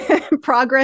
progress